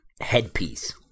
headpiece